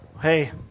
Hey